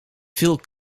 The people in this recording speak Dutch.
veel